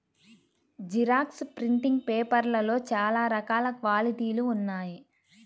xerox printing పేపర్లలో చాలా రకాల క్వాలిటీలు ఉన్నాయి